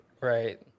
Right